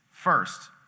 First